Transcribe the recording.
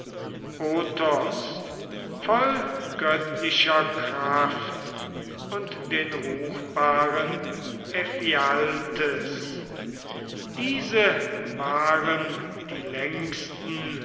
otos voll göttlicher kraft und den ruchbaren ephialtes diese waren die längsten